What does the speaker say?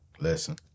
listen